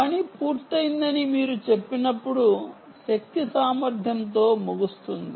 పని పూర్తయిందని మీరు చెప్పినప్పుడు శక్తి సామర్థ్యంతో ముగుస్తుంది